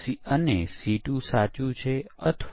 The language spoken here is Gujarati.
આપણે અહીં વોટર ફોલ મોડેલબતાવ્યું છે ઇટરેટિવ વોટર ફોલ મોડેલ